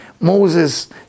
Moses